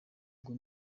bwo